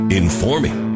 informing